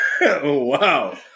wow